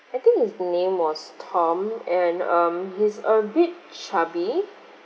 I think his name was tom and um he's a bit chubby